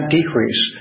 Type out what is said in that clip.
decrease